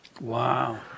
Wow